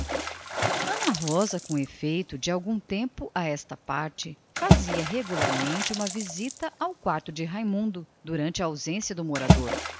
rosa com efeito de algum tempo a essa parte fazia visitas ao quarto de raimundo durante a ausência do morador